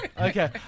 Okay